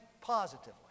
positively